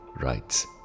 writes